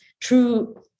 true